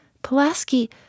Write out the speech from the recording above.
Pulaski